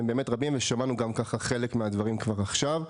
הם באמת רבים ושמענו גם ככה חלק מהדברים כבר עכשיו,